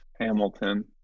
Hamilton